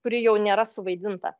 kuri jau nėra suvaidinta